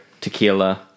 tequila